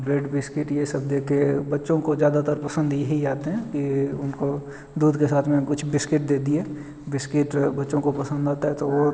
bread biscuit ये सब दे के बच्चों को ज़्यादातर पसंद यही आते हैं कि उनको दूध के साथ में कुछ बिस्कुट दे दिए बिस्किट बच्चों को पसंद आता है तो वो